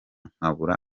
nkabura